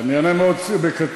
אני אענה מאוד בקצרה.